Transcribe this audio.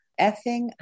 effing